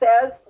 says